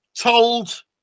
told